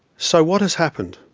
so what has happened?